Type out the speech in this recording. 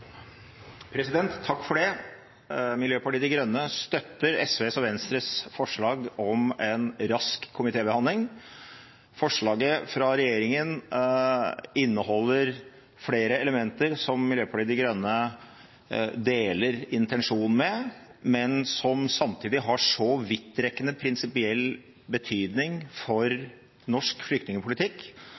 en rask komitébehandling. Forslaget fra regjeringen inneholder flere elementer som Miljøpartiet De Grønne deler intensjonen i, men som samtidig har så vidtrekkende prinsipiell betydning for norsk